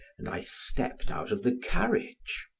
and i stepped out of the carriage.